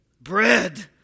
bread